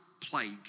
plague